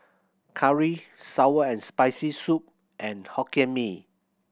curry sour and Spicy Soup and Hokkien Mee